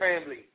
family